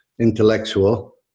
intellectual